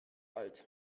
alt